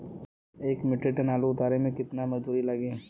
एक metric ton आलू के उतारे मे कितना मजदूर लागि?